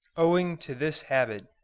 owing to this habit,